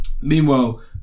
meanwhile